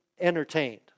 entertained